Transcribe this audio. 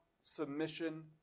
submission